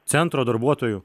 centro darbuotojų